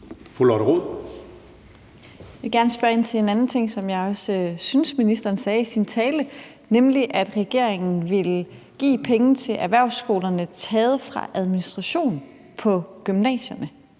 Rod (RV): Jeg vil gerne spørge ind til en anden ting, som jeg synes ministeren sagde i sin tale, nemlig at regeringen vil give penge til erhvervsskolerne taget fra administration på gymnasierne.